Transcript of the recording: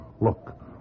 Look